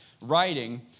writing